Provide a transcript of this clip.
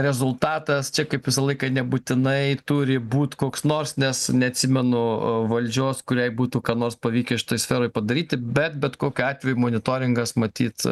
rezultatas čia kaip visą laiką nebūtinai turi būt koks nors nes neatsimenu valdžios kuriai būtų ką nors pavykę šitoj sferoj padaryti bet bet kokiu atveju monitoringas matyt